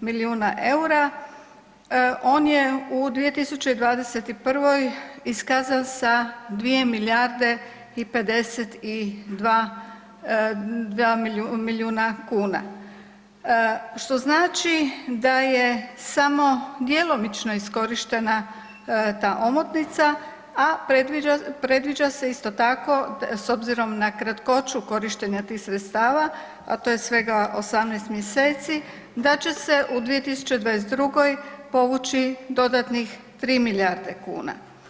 milijuna EUR-a on je u 2021. iskazan sa 2 milijarde i 52 milijuna kuna što znači da je samo djelomično iskorištena ta omotnica, a predviđa se isto tako s obzirom na kratkoću korištenja tih sredstava, a to je svega 18 mjeseci da će se u 2022. povući dodatnih 3 milijarde kuna.